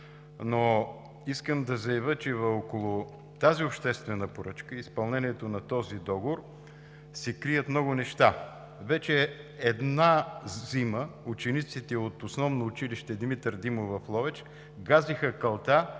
Но искам да заявя, че около тази обществена поръчка, изпълнението на този договор се крият много неща. Вече една зима, учениците от Основно училище „Проф. Димитър Димов“ в Ловеч газиха калта